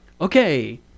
okay